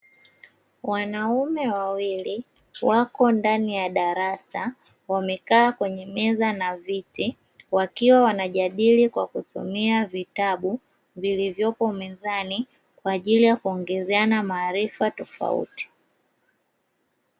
Wanaume wawili wako ndani ya darasa wamekaa kwenye meza na viti wakiwa wanajadili kwa kutumia vitabu vilivyopo mezani kwa ajili ya kuongezeana maarifa tofauti.